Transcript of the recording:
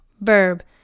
Verb